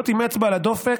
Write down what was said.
להיות עם אצבע על הדופק,